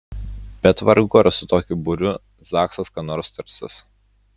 bet vargu ar su tokiu būriu zaksas ką nors tarsis